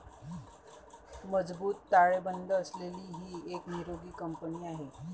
मजबूत ताळेबंद असलेली ही एक निरोगी कंपनी आहे